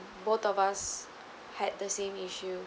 both of us had the same issue